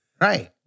Right